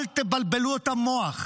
אל תבלבלו את המוח,